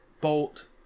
Bolt